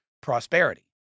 prosperity